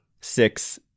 six